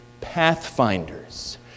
pathfinders